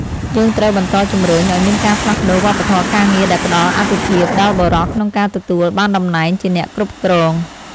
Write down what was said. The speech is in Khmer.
យើងត្រូវបន្តជំរុញឱ្យមានការផ្លាស់ប្តូរវប្បធម៌ការងារដែលផ្តល់អាទិភាពដល់បុរសក្នុងការទទួលបានតំណែងជាអ្នកគ្រប់គ្រង។